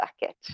bucket